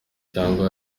cyangwa